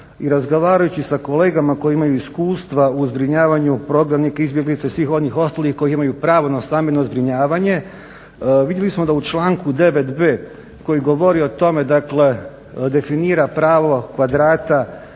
i razgovarajući sa kolegama koja imaju iskustva u zbrinjavanju prognanika i svih onih ostalih koji imaju pravo na stambeno zbrinjavanje vidjeli smo da u članku 9 b koji govori o tome dakle definira pravo kvadrata